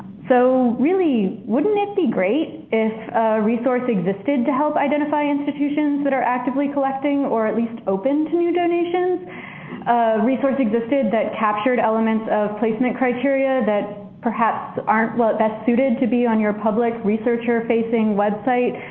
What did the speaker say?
so really wouldn't it be great if a resource existed to help identify institutions that are actively collecting or at least open to new donations? a resource existed that captured elements of placement criteria that perhaps aren't what's best suited to be on your public researcher facing website,